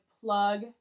plug